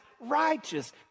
righteous